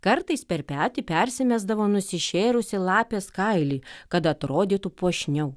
kartais per petį persimesdavo nusišėrusį lapės kailį kad atrodytų puošniau